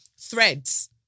Threads